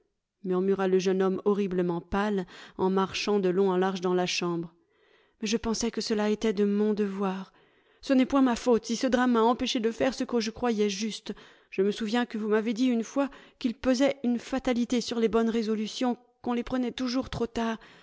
murmura le jeune homme horriblement pâle en marchant de long en large dans la chambre mais je pensais que cela était de mon devoir ce n'est point ma faute si ce drame m'a empêché de faire ce que je croyais juste je me souviens que vous m'avez dit une fois qu'il pesait une fatalité sur les bonnes résolutions qu'on les prenait toujours trop tard